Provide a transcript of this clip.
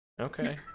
Okay